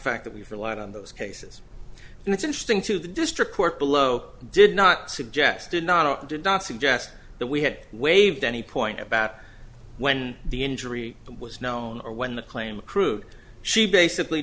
fact that we've relied on those cases and it's interesting to the district court below did not suggest did not or did not suggest that we had waived any point about when the injury was known or when the claim accrued she basically